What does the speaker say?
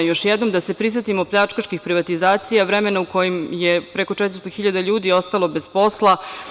Još jednom da se prisetimo pljačkaških privatizacija, vremena u kojem je preko 400 hiljada ljudi ostalo bez posla.